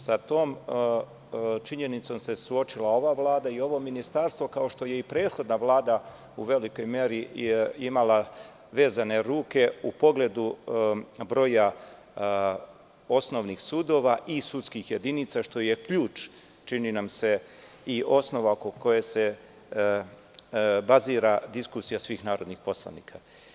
Sa tom činjenicom se suočila ova Vlada i ovo ministarstvo, kao što je i prethodna Vlada u velikoj meri imala vezane ruke u pogledu broja osnovnih sudova i sudskih jedinica, što je ključ, čini nam se, i osnova oko koje se bazira diskusija svih narodnih poslanika.